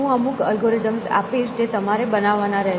હું અમુક અલ્ગોરિધમ આપીશ જે તમારે બનાવવાના રહેશે